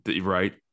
right